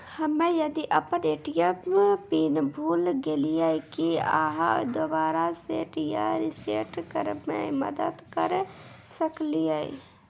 हम्मे यदि अपन ए.टी.एम पिन भूल गलियै, की आहाँ दोबारा सेट या रिसेट करैमे मदद करऽ सकलियै?